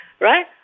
right